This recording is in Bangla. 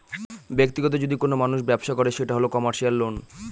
ব্যাক্তিগত যদি কোনো মানুষ ব্যবসা করে সেটা হল কমার্সিয়াল লোন